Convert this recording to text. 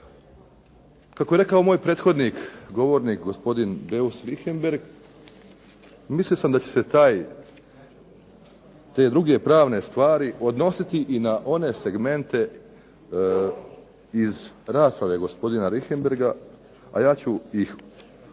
Kako je rekao moj prethodnik govornik gospodin Beus Richembergh mislio sam da će se te druge pravne stvari odnositi i na one segmente iz rasprave gospodina Richembergha a ja ću ih ovog